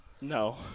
no